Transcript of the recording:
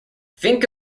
fink